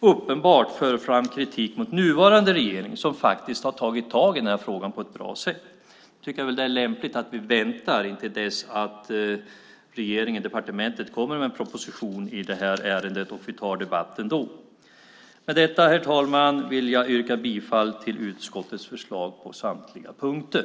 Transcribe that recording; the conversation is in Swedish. uppenbart för fram kritik mot nuvarande regering som faktiskt har tagit tag i frågan på ett bra sätt. Jag tycker att det är lämpligt att vi väntar intill dess att regeringen och departementet kommer med en proposition i det här ärendet och tar debatten då. Med detta, herr talman, vill jag yrka bifall till utskottets förslag på samtliga punkter.